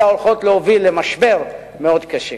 אלא הולכות להוביל למשבר מאוד קשה.